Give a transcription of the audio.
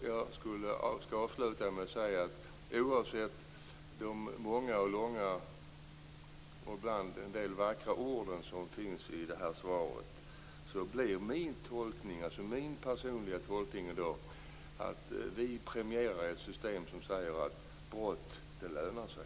Jag skall avsluta med att säga att oavsett de många och långa och ibland vackra orden som finns i detta svar blir min personliga tolkning att vi premierar ett system som innebär att brott lönar sig.